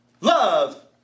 love